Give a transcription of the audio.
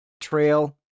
trail